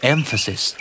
Emphasis